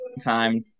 time